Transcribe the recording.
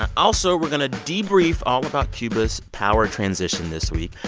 also, we're going to debrief all about cuba's power transition this week.